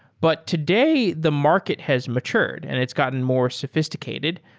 but today the market has matured and it's gotten more sophisticated.